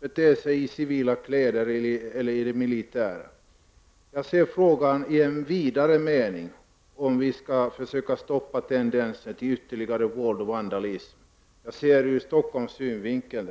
det sker på fritiden eller under militärtjänstgöring. Jag ser frågan i det vidare perspektivet hur vi skall kunna stoppa våld och vandalism. Jag ser frågan ur Stockholms synvinkel.